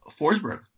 Forsberg